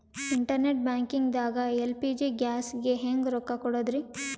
Internet banking ದಾಗ LPG ಗ್ಯಾಸ್ಗೆ ಹೆಂಗ್ ರೊಕ್ಕ ಕೊಡದ್ರಿ?